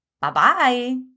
Bye-bye